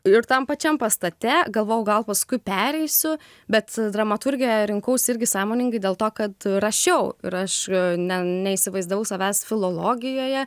ir tam pačiam pastate galvojau gal paskui pereisiu bet dramaturgiją rinkausi irgi sąmoningai dėl to kad rašiau ir aš ne neįsivaizdavau savęs filologijoje